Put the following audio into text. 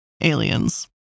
aliens